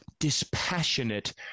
Dispassionate